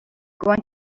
going